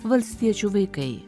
valstiečių vaikai